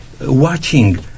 watching